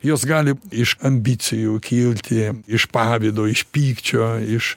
jos gali iš ambicijų kilti iš pavydo iš pykčio iš